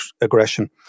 aggression